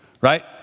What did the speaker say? right